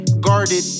guarded